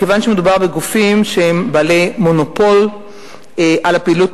מכיוון שמדובר בגופים שהם בעלי מונופול על הפעילות